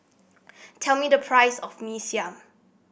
tell me the price of Mee Siam